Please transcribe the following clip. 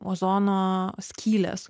ozono skylės